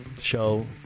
show